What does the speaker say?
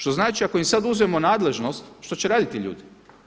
Što znači ako im sad uzmemo nadležnost što će raditi ti ljudi?